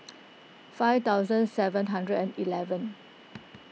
five thousand seven hundred and eleven